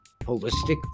holistic